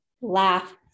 laugh